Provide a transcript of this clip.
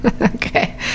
okay